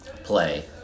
play